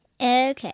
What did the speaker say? Okay